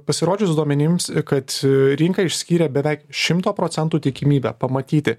pasirodžius duomenims kad rinką išskyrė beveik šimto procentų tikimybė pamatyti